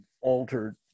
altered